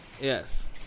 Yes